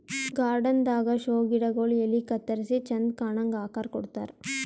garden ದಾಗಾ show ಗಿಡಗೊಳ್ ಎಲಿ ಕತ್ತರಿಸಿ ಚಂದ್ ಕಾಣಂಗ್ ಆಕಾರ್ ಕೊಡ್ತಾರ್